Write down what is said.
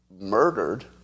murdered